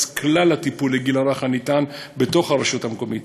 כלל הטיפול לגיל הרך הניתן בתוך הרשות המקומית